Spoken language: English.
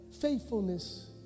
faithfulness